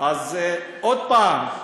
עוד פעם,